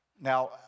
Now